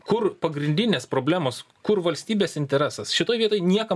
kur pagrindinės problemos kur valstybės interesas šitoj vietoj niekam